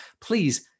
Please